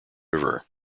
river